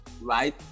right